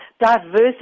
diversity